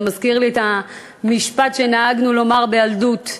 זה מזכיר לי את המשפט שנהגנו לומר בילדות: